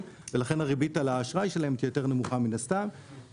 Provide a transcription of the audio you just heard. ולכן הריבית על האשראי שלהם תהיה יותר נמוכה מן הסתם,